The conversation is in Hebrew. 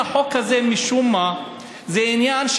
החוק הזה, משום מה, כנראה זה עניין,